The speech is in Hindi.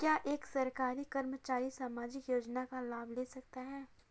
क्या एक सरकारी कर्मचारी सामाजिक योजना का लाभ ले सकता है?